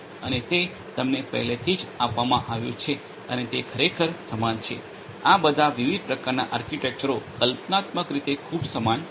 અને તે તમને પહેલેથી જ આપવામાં આવ્યું છે અને તે ખરેખર સમાન છે આ બધા વિવિધ પ્રકારનાં આર્કિટેક્ચરો કલ્પનાત્મક રીતે ખૂબ સમાન છે